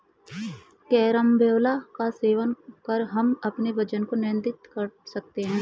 carambola का सेवन कर हम अपने वजन को नियंत्रित कर सकते हैं